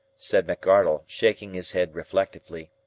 said mcardle, shaking his head reflectively.